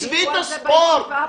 דיברו על זה בישיבה הקודמת.